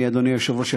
אדוני היושב-ראש,